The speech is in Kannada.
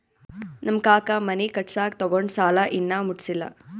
ನಮ್ ಕಾಕಾ ಮನಿ ಕಟ್ಸಾಗ್ ತೊಗೊಂಡ್ ಸಾಲಾ ಇನ್ನಾ ಮುಟ್ಸಿಲ್ಲ